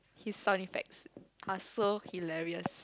his sound effects are so hilarious